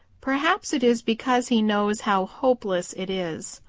perhaps it is because he knows how hopeless it is.